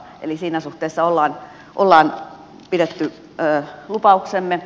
eli siinä suhteessa olemme pitäneet lupauksemme